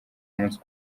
umunsi